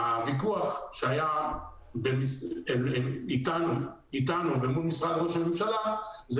הוויכוח שהיה אתנו ומול משרד הממשלה זה